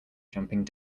jumping